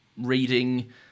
Reading